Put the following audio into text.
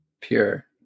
Pure